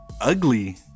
ugly